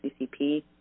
CCP